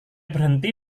berhenti